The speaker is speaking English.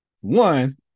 one